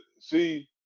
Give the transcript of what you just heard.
See